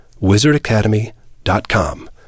wizardacademy.com